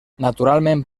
naturalment